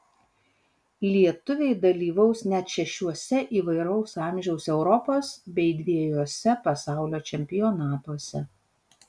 lietuviai dalyvaus net šešiuose įvairaus amžiaus europos bei dvejuose pasaulio čempionatuose